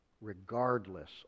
regardless